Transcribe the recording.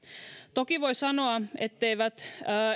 toki voi sanoa etteivät